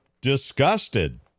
disgusted